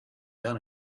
done